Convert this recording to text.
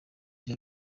bya